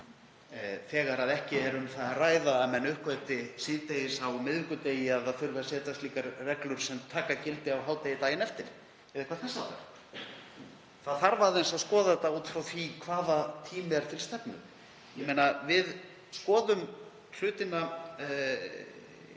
þegar ekki er um það að ræða að menn uppgötvi síðdegis á miðvikudegi að það þurfi að setja slíkar reglur sem taka gildi á hádegi daginn eftir eða eitthvað þess háttar. Það þarf aðeins að skoða þetta út frá því hvaða tími er til stefnu. Við skoðum hlutina